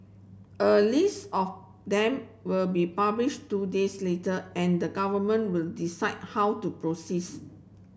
a list of them will be published two days later and the government will decide how to proceeds